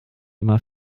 immer